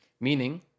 meaning